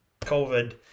COVID